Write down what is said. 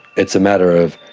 it's a matter of,